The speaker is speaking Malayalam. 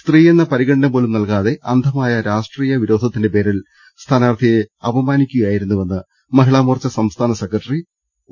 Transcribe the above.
സ്ത്രീയെന്ന പരിഗണനപോലും നൽകാതെ അന്ധമായ രാഷ്ട്രീയ വിരോധത്തിന്റെ പേരിൽ സ്ഥാനാർത്ഥിയെ അപമാനിക്കുകയായി രുന്നു വെന്ന് മഹിളാമോർച്ച സംസ്ഥാന സെക്രട്ടറി ഒ